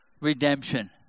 redemption